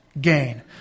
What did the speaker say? gain